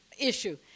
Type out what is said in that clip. issue